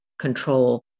control